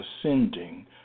ascending